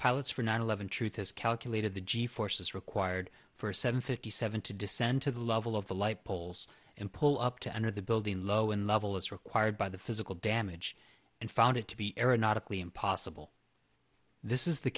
pilots for nine eleven truth has calculated the g forces required for a seven fifty seven to descend to the level of the light poles and pull up to enter the building low and level as required by the physical damage and found it to be aeronautical impossible this is the